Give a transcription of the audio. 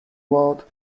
world